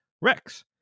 rex